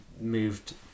moved